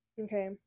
Okay